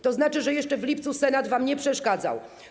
To znaczy, że jeszcze w lipcu Senat wam nie przeszkadzał.